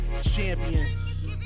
champions